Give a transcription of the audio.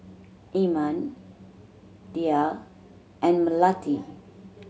Iman Dhia and Melati